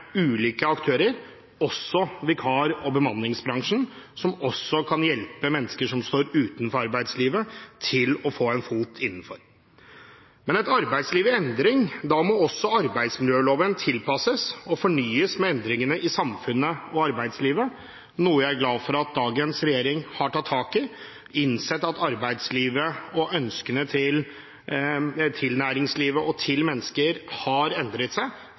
ulike aktører, også vikar- og bemanningsbransjen, som også kan hjelpe mennesker som står utenfor arbeidslivet, til å få en fot innenfor. Men i et arbeidsliv i endring må også arbeidsmiljøloven tilpasses og fornyes ut fra endringene i samfunnet og i arbeidslivet, noe jeg er glad for at dagens regjering har tatt tak i – innsett at arbeidslivet og ønskene fra næringslivet og mennesker har endret seg